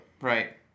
Right